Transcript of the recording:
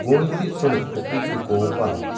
गोंयची संस्कृती तिगोवपाक